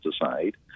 decide